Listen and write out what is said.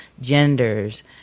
genders